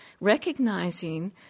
recognizing